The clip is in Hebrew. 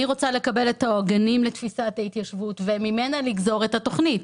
אני רוצה לקבל את העוגנים לתפיסת ההתיישבות וממנה לגזור את התכנית.